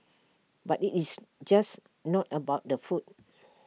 but IT is just not about the food